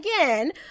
again